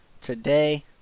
today